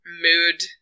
mood